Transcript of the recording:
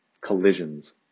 collisions